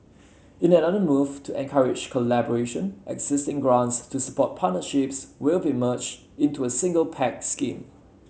in another move to encourage collaboration existing grants to support partnerships will be merged into a single pact scheme